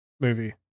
movie